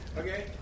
Okay